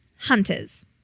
Hunters